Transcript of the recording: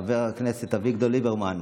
היושב-ראש, חבר הכנסת אביגדור ליברמן,